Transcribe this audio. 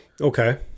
Okay